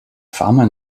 farmer